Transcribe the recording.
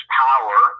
power